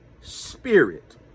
spirit